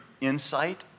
insight